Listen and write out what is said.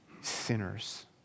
sinners